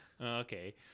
okay